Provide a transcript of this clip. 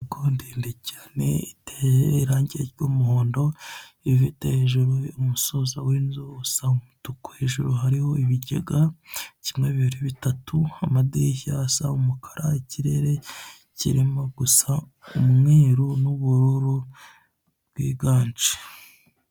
Inyubako ndende cyane iteye irangi ry'muhondo rifite hejuru umusozo w'inzu usa umutuku hejuru hariho ibigega, kimwe, bibiri, bitatu, amadirishya asa umukara ikirere kirimo gusa umweru n'ubururu bwiganje.